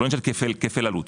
לא עניין של כפל עלות.